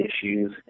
issues